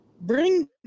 bring